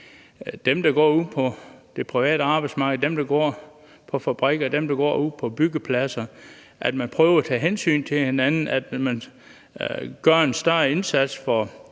dem, der er ude på det private arbejdsmarked; dem, der er på fabrikker; dem, der går ude på byggepladser, til, at man prøver at tage hensyn til hinanden, at man gør en større indsats for